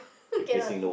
look at the